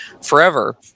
forever